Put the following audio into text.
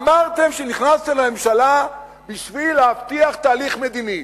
אמרתם שנכנסתם לממשלה בשביל להבטיח תהליך מדיני.